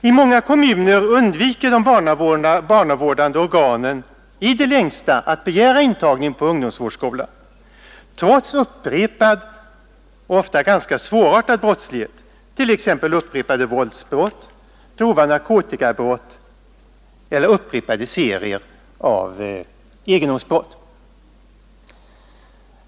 I många kommuner undviker de barnavårdande organen i det längsta att begära intagning på ungdomsvårdsskola trots upprepad och ofta ganska svårartad brottslighet, t.ex. upprepade våldsbrott, grova narkotikabrott eller upprepade serier av egendomsbrott.